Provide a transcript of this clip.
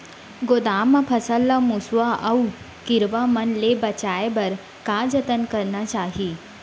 गोदाम मा फसल ला मुसवा अऊ कीरवा मन ले बचाये बर का जतन करना चाही?